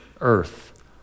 earth